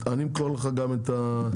אני אמכור לך גם את התערובת.